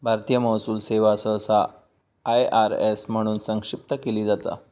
भारतीय महसूल सेवा सहसा आय.आर.एस म्हणून संक्षिप्त केली जाता